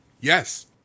Yes